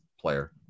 player